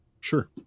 sure